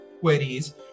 queries